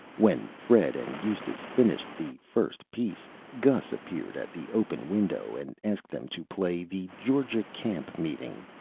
when fred and eustace finished the first piece, gus appeared at the open window, and asked them to play the georgia camp-meeting,